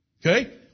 Okay